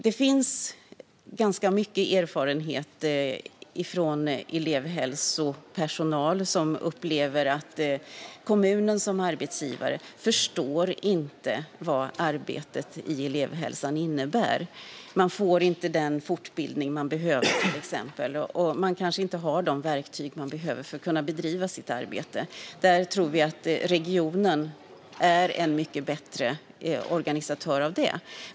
Det finns ganska mycket erfarenhet från elevhälsopersonal som upplever att kommunen som arbetsgivare inte förstår vad arbetet i elevhälsan innebär. Man får till exempel inte den fortbildning man behöver, och man kanske inte har de verktyg man behöver för att kunna bedriva sitt arbete. Vi tror att regionen är en mycket bättre organisatör av detta.